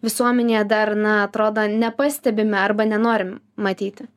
visuomenėje dar na atrodo nepastebime arba nenorim matyti